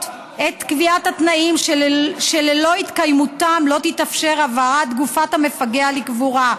את קביעת התנאים שללא התקיימותם לא תתאפשר הבאת גופת המפגע לקבורה,